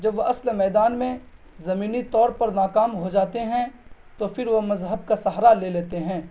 جب وہ اصل میدان میں زمینی طور پر ناکام ہو جاتے ہیں تو پھر وہ مذہب کا سہارا لے لیتے ہیں